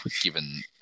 given